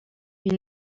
une